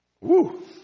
Woo